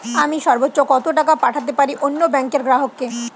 আমি সর্বোচ্চ কতো টাকা পাঠাতে পারি অন্য ব্যাংকের গ্রাহক কে?